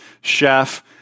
chef